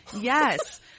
Yes